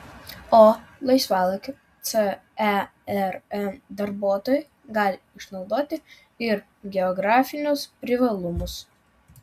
o laisvalaikiu cern darbuotojai gali išnaudoti ir geografinius privalumus